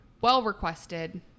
well-requested